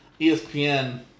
ESPN